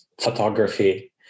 photography